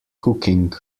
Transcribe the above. cooking